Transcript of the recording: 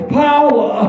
power